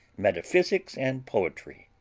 metaphysics and poetry.